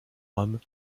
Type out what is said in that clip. rome